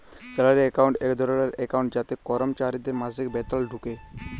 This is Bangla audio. স্যালারি একাউন্ট এক ধরলের একাউন্ট যাতে করমচারিদের মাসিক বেতল ঢুকে